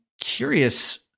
curious